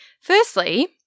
Firstly